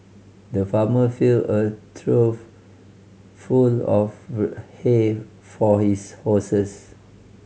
the farmer filled a trough full of hay for his horses